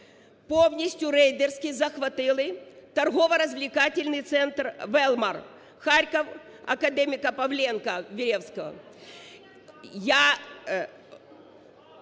повністю рейдерські захватили торгово-развлекательный центр "Велмарт" – Харков, Академіка Павленко, Веревского…